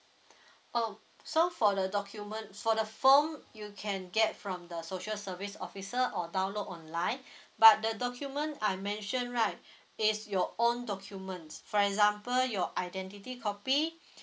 oh so for the documents for the form you can get from the social service officer or download online but the document I mention right is your own documents for example your identity copy